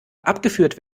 abgeführt